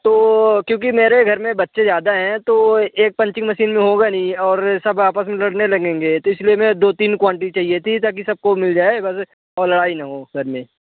तो क्योंकि मेरे घर में बच्चे ज़्यादा हैं तो एक पंचिंग मशीन में होगा नहीं और सब आपस में लड़ने लगेंगे तो इसलिए मैं दो तीन क्वानटिटी चाहिए थी ताकि सबको मिल जाए और लड़ाई ना हो घर में